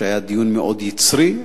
שהיה דיון מאוד יצרי.